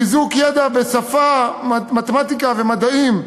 חיזוק ידע בשפה, מתמטיקה ומדעים,